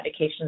medications